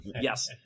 Yes